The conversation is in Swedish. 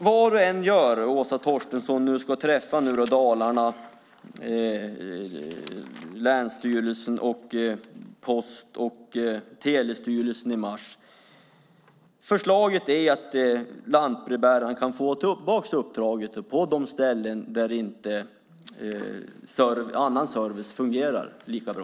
Vad du än gör, Åsa Torstensson, när du ska träffa representanter för Dalarna, länsstyrelserna och Post och telestyrelsen i mars, är förslaget att lantbrevbäraren kan få tillbaka uppdraget på de ställen där annan service inte fungerar bra.